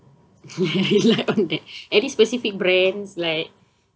rely on that any specific brands like